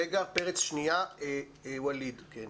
וליד, כן.